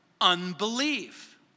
unbelief